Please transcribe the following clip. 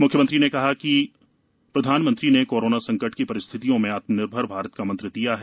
मुख्यमंत्री ने कहा कि प्रधानमंत्री ने कोरोना संकट की परिस्थितियों में आत्मनिर्भर भारत का मंत्र दिया है